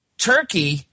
Turkey